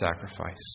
sacrifice